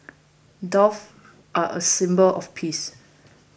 doves are a symbol of peace